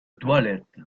toilettes